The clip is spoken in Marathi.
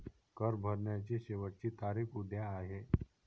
कर भरण्याची शेवटची तारीख उद्या आहे